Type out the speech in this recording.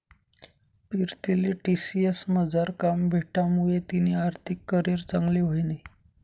पीरतीले टी.सी.एस मझार काम भेटामुये तिनी आर्थिक करीयर चांगली व्हयनी